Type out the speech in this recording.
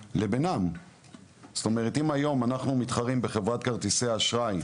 כלומר, תידרש איזושהי עבודה לגבי כל אחד מהגופים.